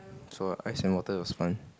so ice and water was fun